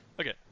okay